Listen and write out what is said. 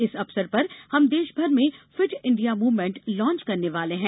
इस अवसर पर हम देश भर में फिट इंडिया मूवमेंट लांच करने वाले हैं